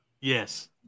Yes